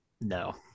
No